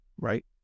right